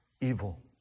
evil